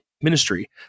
ministry